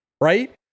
right